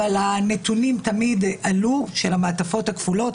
הנתונים של המעטפות הכפולות עלו,